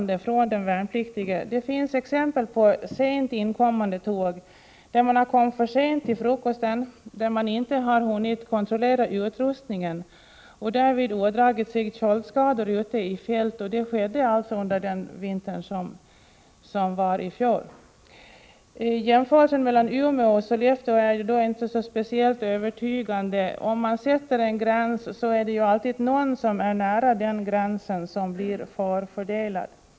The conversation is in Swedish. Det finns exempel på värnpliktiga som på grund av sent inkommande tåg har kommit för sent till frukosten och inte hunnit kontrollera sin utrustning och till följd därav ådragit sig köldskador i fält. Det skedde så sent som förra vintern. Jämförelsen mellan Umeå och Sollefteå är inte speciellt övertygande. Om man sätter en gräns, är det alltid någon nära denna gräns som blir förfördelad.